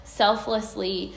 selflessly